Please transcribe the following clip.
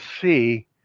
see